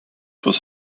was